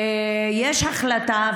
יש החלטה,